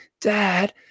dad